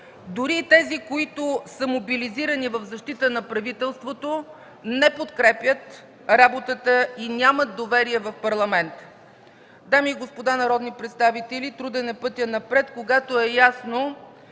Дори и тези, които са мобилизирани в защита на правителството, не подкрепят работата и нямат доверие в Парламента. Дами и господа народни представители, труден е пътят напред, когато е ясно,